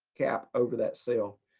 cap over that cell.